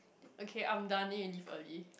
th~ okay I'm done then you leave early